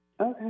Okay